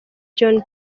john